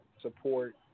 support